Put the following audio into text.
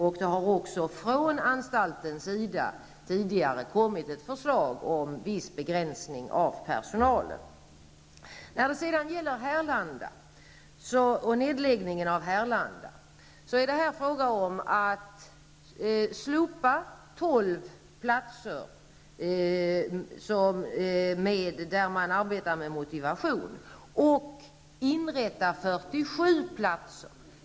Tidigare har det också från anstaltens sida kommit ett förslag om en viss begränsning av personalen. När det gäller nedläggning av Härlandaanstalten vill jag säga att det är fråga om att slopa 12 platser där man arbetar med motivation och inrätta 47 platser.